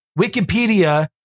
Wikipedia